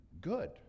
good